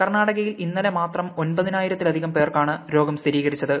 കർണാടകയിൽ ഇന്നലെ മാത്രം ഒൻപതിനായിരത്തിലധികം പേർക്കാണ് രോഗം സ്ഥിരീകരിച്ചത്